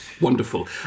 Wonderful